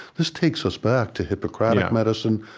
this takes us back to hippocratic medicine,